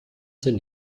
sind